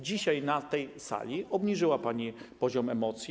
Dzisiaj na tej sali obniżyła pani poziom emocji.